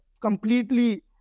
completely